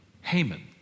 Haman